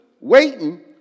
waiting